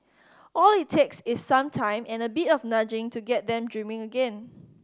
all it takes is some time and a bit of nudging to get them dreaming again